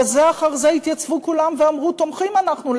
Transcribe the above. בזה אחר זה התייצבו כולם ואמרו: תומכים אנחנו,